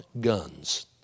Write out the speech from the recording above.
guns